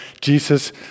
Jesus